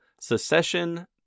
secession